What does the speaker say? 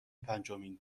پنجمین